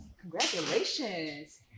Congratulations